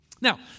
Now